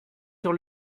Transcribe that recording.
sur